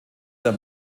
der